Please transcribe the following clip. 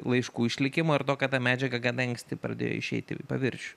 laiškų išlikimo ir to kad ta medžiaga gana anksti pradėjo išeiti į paviršių